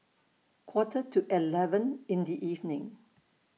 Quarter to eleven in The evening